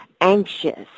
anxious